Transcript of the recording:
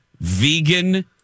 vegan